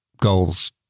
goals